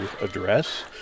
address